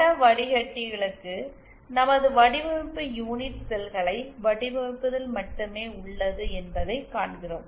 பட வடிகட்டிகளுக்கு நமது வடிவமைப்பு யூனிட் செல்களை வடிவமைப்பதில் மட்டுமே உள்ளது என்பதைக் காண்கிறோம்